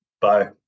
Bye